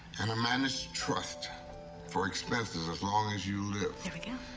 and a managed trust for expenses as long as you live. there we go.